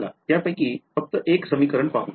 चला त्यापैकी फक्त एक समीकरण पहा